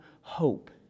hope